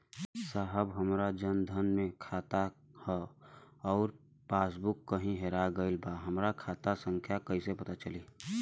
साहब हमार जन धन मे खाता ह अउर पास बुक कहीं हेरा गईल बा हमार खाता संख्या कईसे पता चली?